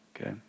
Okay